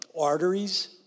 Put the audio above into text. arteries